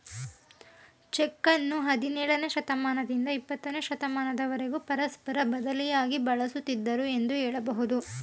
ಚೆಕ್ಕನ್ನು ಹದಿನೇಳನೇ ಶತಮಾನದಿಂದ ಇಪ್ಪತ್ತನೇ ಶತಮಾನದವರೆಗೂ ಪರಸ್ಪರ ಬದಲಿಯಾಗಿ ಬಳಸುತ್ತಿದ್ದುದೃ ಎಂದು ಹೇಳಬಹುದು